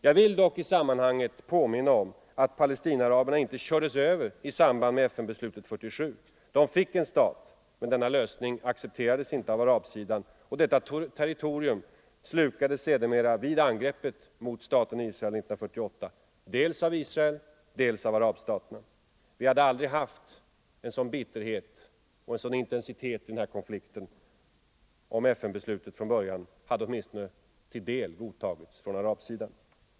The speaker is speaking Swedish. Jag vill dock i sammanhanget påminna om att Palestinaaraberna inte kördes över i samband med FN-beslutet 1947. De fick en stat, men denna lösning accepterades inte av arabsidan, och detta territorium slukades sedermera vid angreppet mot Israel 1948 — dels av Israel, dels av arabstaterna. Vi hade aldrig haft en sådan bitterhet och en sådan intensitet i den här konflikten om FN-beslutet från början åtminstone till en del hade godtagits av arabsidan.